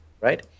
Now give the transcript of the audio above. right